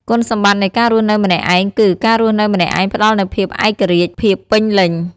គុណសម្បត្តិនៃការរស់នៅម្នាក់ឯងគឺ ការរស់នៅម្នាក់ឯងផ្ដល់នូវភាពឯករាជ្យភាពពេញលេញ។